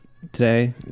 Today